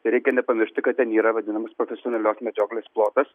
reikia nepamiršti kad ten yra vadinamas profesionalios medžioklės plotas